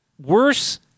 Worse